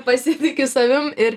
pasitikiu savim ir